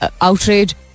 outrage